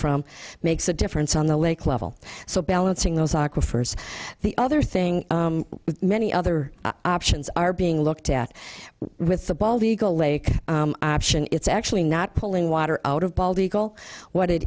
from makes a difference on the lake level so balancing those aqua first the other thing with many other options are being looked at with the bald eagle lake option it's actually not pulling water out of bald eagle what it